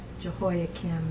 Jehoiakim